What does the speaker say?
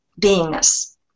beingness